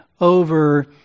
over